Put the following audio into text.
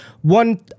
one—